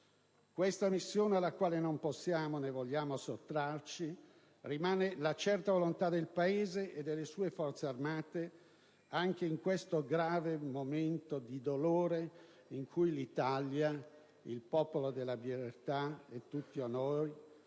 Questa missione, alla quale non possiamo né vogliamo sottrarci, rimane la certa volontà del Paese e delle sue Forze armate, anche in questo momento di grande dolore in cui l'Italia e il Popolo della Libertà onorano